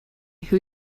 who